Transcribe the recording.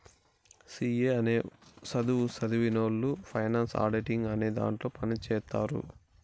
C A అనే సధువు సదివినవొళ్ళు ఫైనాన్స్ ఆడిటింగ్ అనే దాంట్లో పని చేత్తారు